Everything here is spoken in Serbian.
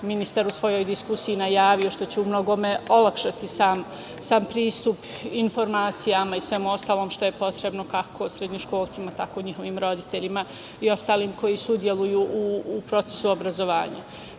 ministar u svojoj diskusiji najavio, što će u mnogome olakšati sam pristup informacijama i svemu ostalom što je potrebno kako srednjoškolcima, tako i njihovim roditeljima i ostalima koji sudeluju u procesu obrazovanja. Pitanje